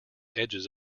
edges